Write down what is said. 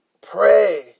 pray